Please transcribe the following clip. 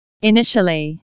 Initially